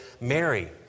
Mary